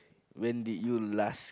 when you did you last